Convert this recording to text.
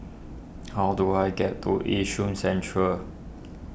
how do I get to Yishun Central